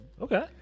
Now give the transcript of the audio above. Okay